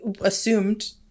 assumed